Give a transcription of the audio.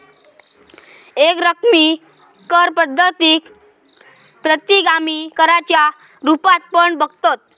एकरकमी कर पद्धतीक प्रतिगामी कराच्या रुपात पण बघतत